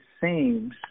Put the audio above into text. seems